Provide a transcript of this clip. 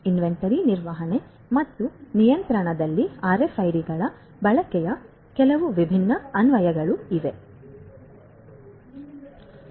inventory ನಿರ್ವಹಣೆ ಮತ್ತು ನಿಯಂತ್ರಣದಲ್ಲಿ ಆರ್ಎಫ್ಐಡಿಗಳ ಬಳಕೆಯ ಕೆಲವು ವಿಭಿನ್ನ ಅನ್ವಯಿಕೆಗಳು ಇವು